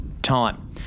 Time